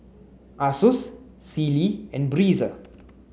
Asus Sealy and Breezer